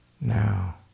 now